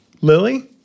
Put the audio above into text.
Lily